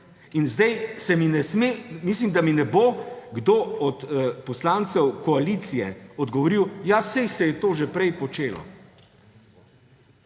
In da mi ne bo zdaj kdo od poslancev koalicije odgovoril, ja, saj se je to že prej počelo.